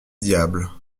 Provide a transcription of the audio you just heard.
diables